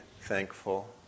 thankful